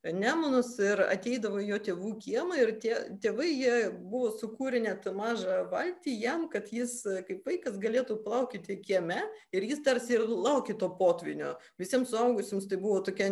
nemunas ir ateidavo į jo tėvų kiemą ir tie tėvai jie buvo sukūrę net mažą valtį jam kad jis kaip vaikas galėtų plaukioti kieme ir jis tarsi ir laukė to potvynio visiems suaugusiems tai buvo tokia